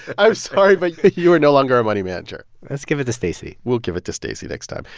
i'm sorry, but you are no longer our money manager let's give it to stacey we'll give it to stacey next time.